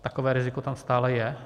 Takové riziko tam stále je.